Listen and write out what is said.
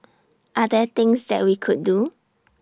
are there things that we could do